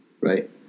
right